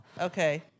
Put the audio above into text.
Okay